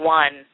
one